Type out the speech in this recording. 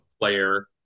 player